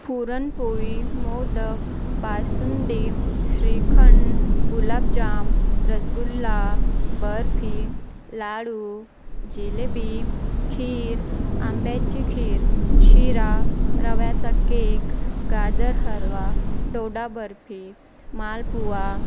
पुरणपोळी मोदक बासुंदी श्रीखंड गुलाबजाम रसगुल्ला बर्फी लाडू जिलेबी खीर आंब्याची खीर शिरा रव्याचा केक गाजर हलवा डोडा बर्फी मालपुवा